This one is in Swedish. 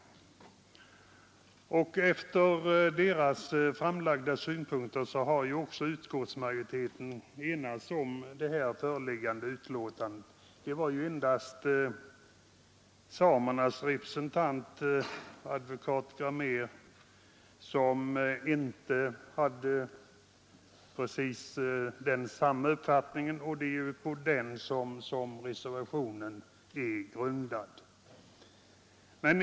Sedan de framfört sina synpunkter har utskottsmajoriteten också enats om det föreliggande betänkandet. Det var endast samernas representant, advokat Gramér, som inte hade exakt samma mening, och det är på hans uppfattning som reservationen är grundad.